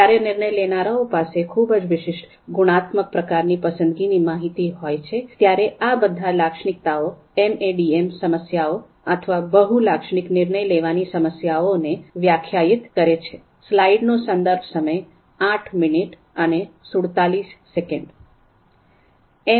જ્યારે નિર્ણય લેનારાઓ પાસે ખૂબ જ વિશિષ્ટ ગુણાત્મક પ્રકારની પસંદગીની માહિતી હોય છે ત્યારે આ બધી લાક્ષણિકતાઓ એમએડીએમ સમસ્યાઓ અથવા બહુ લાક્ષણિક નિર્ણય લેવાની સમસ્યાઓને વ્યાખ્યાયિત કરે છે